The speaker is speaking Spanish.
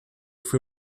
fue